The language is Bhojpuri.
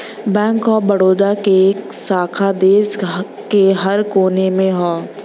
बैंक ऑफ बड़ौदा क शाखा देश के हर कोने में हौ